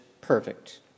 perfect